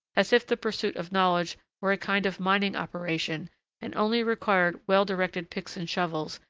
as if the pursuit of knowledge were a kind of mining operation and only required well-directed picks and shovels,